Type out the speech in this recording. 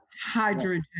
hydrogen